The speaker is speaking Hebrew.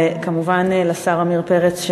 וכמובן לשר עמיר פרץ,